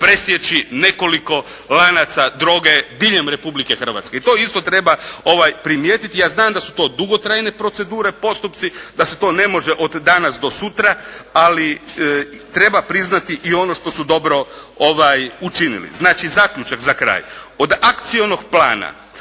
presjeći nekoliko lanaca droge diljem Republike Hrvatske. To isto treba primijetiti. Ja znam da su to dugotrajne procedure, postupci, da se to ne može od danas do sutra, ali treba priznati i ono što su dobro učinili. Znači zaključak za kraj. Od akcionog plana